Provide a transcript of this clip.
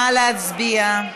נא להצביע.